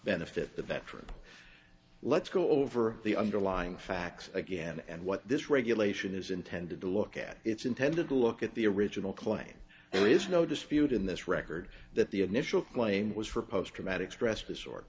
benefit the veteran let's go over the underlying facts again and what this regulation is intended to look at its intended look at the original claim there is no dispute in this record that the initial claim was for post traumatic stress disorder